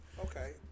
okay